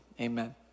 Amen